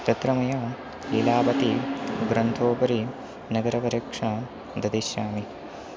तत्र मया लीलावती ग्रन्थोपरि नगरपरीक्षा ददिश्यामि